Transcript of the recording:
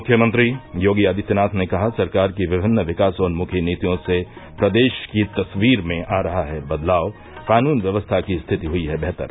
मुख्यमंत्री योगी आदित्यनाथ ने कहा सरकार की विभिन्न विकासोन्मुखी नीतियों से प्रदेश की तस्वीर में आ रहा है बदलाव क़ानून व्यवस्था की स्थिति हुई है बेहतर